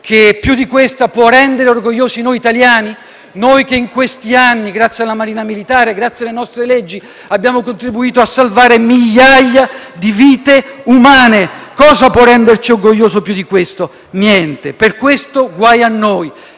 che più di questa può rendere orgogliosi noi italiani, che in questi anni, grazie alla Marina militare e grazie alle nostre leggi, abbiamo contribuito a salvare migliaia di vite umane? Cosa può renderci orgogliosi più di questo? Niente. Per questo, guai a noi